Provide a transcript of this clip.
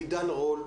עידן רול.